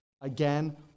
again